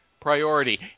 priority